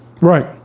Right